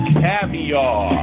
caviar